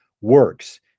works